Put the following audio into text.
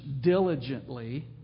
diligently